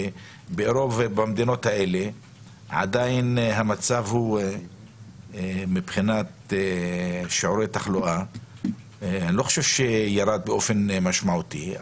ברוב המדינות המצב מבחינת שיעורי תחלואה לא ירד באופן משמעותי.